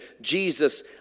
Jesus